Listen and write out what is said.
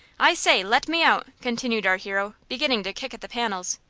i say, let me out! continued our hero, beginning to kick at the panels.